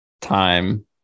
time